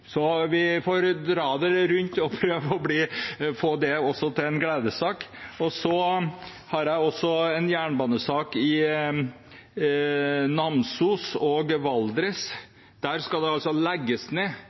Så vi får dra det rundt og prøve å få det også til å bli en gladsak. Så har jeg også en jernbanesak i Namsos og i Valdres. Der skal det altså legges ned,